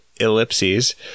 ellipses